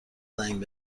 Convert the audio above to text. زنگ